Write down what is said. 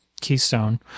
Keystone